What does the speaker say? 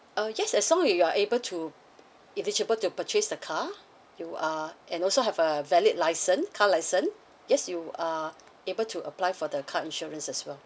uh yes as long as you are able to eligible to purchase the car you are and also have a valid license car license yes you are able to apply for the car insurance as well